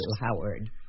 Howard